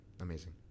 amazing